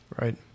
Right